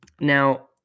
Now